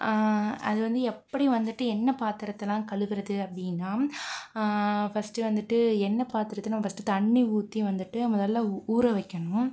அதுவந்து எப்படி வந்துட்டு எண்ணய் பாத்திரத்தலாம் கழுவுகிறது அப்படினா ஃபஸ்ட்டு வந்துட்டு எண்ண பாத்திரத்த நம்ம ஃபஸ்ட்டு தண்ணி ஊற்றி வந்துட்டு முதல்ல ஊற வைக்கணும்